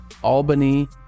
Albany